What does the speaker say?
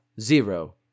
Zero